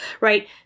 right